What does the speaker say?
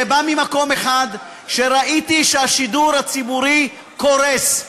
זה בא ממקום אחד: שראיתי שהשידור הציבורי קורס.